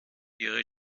ihre